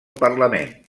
parlament